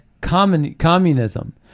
communism